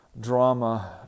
drama